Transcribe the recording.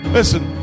Listen